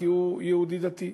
כי הוא יהודי דתי.